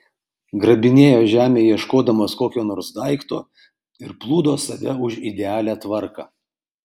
grabinėjo žemę ieškodamas kokio nors daikto ir plūdo save už idealią tvarką